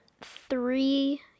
three